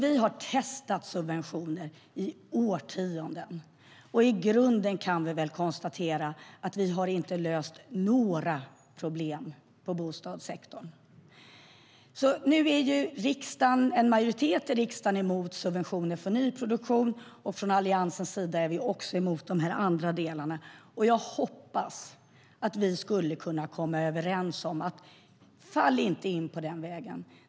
Vi har testat subventioner i årtionden. Och vi kan väl konstatera att det inte har löst några problem i bostadssektorn i grunden. Nu är en majoritet i riksdagen emot subventioner för nyproduktion. Vi i Alliansen är också emot de andra delarna. Jag hoppas att vi kan komma överens om att inte falla in på den vägen.